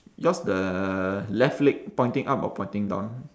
yours the left leg pointing up or pointing down